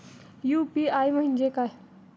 UPI म्हणजे काय?